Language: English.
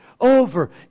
over